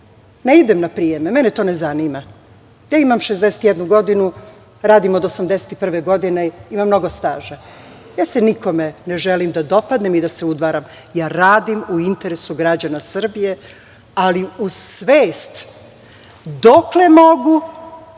Ne idem na prijeme, mene to ne zanima. Imam 61 godinu, radim od 1981. godine, imam mnogo staža. Nikome ne želim da se dopadnem i da se udvaram, ja radim u interesu građana Srbije, ali uz svest dokle mogu,